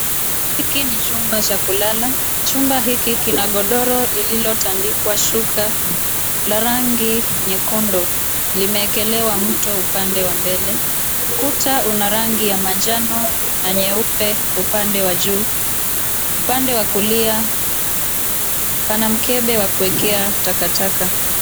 Hiki ni chumba cha kulala. Chumba hiki kina godoro lililotandikwa shuka la rangi nyekundu limeekelewa mto upande wa mbele. Ukuta una rangi ya manjano na nyeupe upande wa juu. Upande wa kulia pana mkebe wa kuokea takataka.